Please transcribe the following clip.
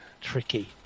tricky